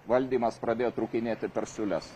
valdymas pradėjo trūkinėti per siūles